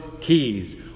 keys